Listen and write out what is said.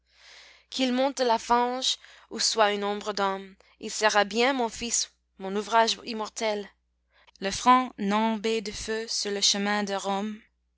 qu'il monte de la fange ou soit une ombre d'homme il sera bien mon fils mon ouvrage immortel le front nimbé de feu sur le chemin de rome